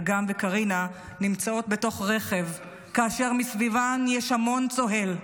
אגם וקרינה נמצאות בתוך רכב ומסביבן המון צוהל.